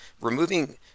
Removing